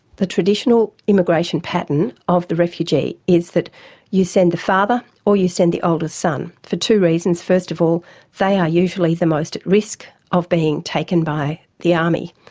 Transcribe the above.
the traditional immigration pattern of the refugee is that you send the father or you send the oldest son, for two reasons first of all they are usually the most at risk of being taken by the army.